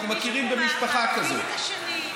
אנחנו מכירים במשפחה כזאת.